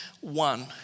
one